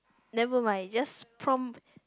never mind just prompt